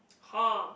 [huh]